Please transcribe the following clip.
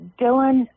Dylan